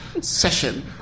session